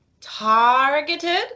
targeted